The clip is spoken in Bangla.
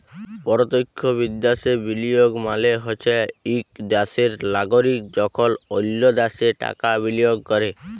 পরতখ্য বিদ্যাশে বিলিয়গ মালে হছে ইক দ্যাশের লাগরিক যখল অল্য দ্যাশে টাকা বিলিয়গ ক্যরে